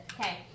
Okay